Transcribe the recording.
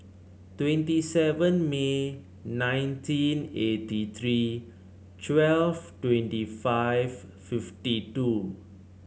twenty seven May nineteen eighty three twelve twenty five fifty two